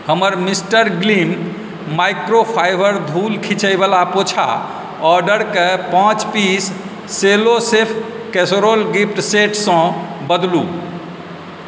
हमर Mister Gleam microfiber धूल खीचैवला पोछा ऑर्डर के पाँच piece Cello Chef casserole gift set सँ बदलू